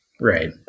Right